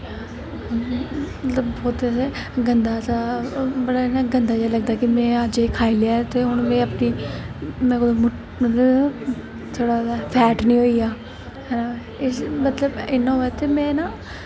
बड़ा गंदा बड़ा इ'यां गंदा जेहा लगदा कि में अज्ज में खाई लैआ ते में हून अपनी में मतलब थोह्ड़ा जेहा फैट निं होई जां मतलब इ'न्ना होऐ कि में इ'यां होऐ ना